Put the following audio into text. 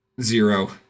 Zero